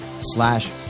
slash